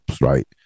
right